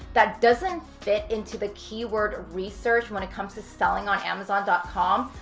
that doesn't fit into the keyword research when it comes to selling on amazon dot com,